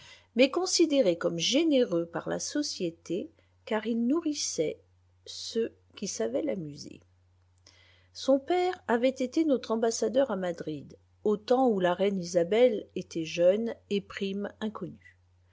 mais considéré comme généreux par la société car il nourrissait ceux qui savaient l'amuser son père avait été notre ambassadeur à madrid au temps où la reine isabelle était jeune et prim inconnu